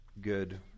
good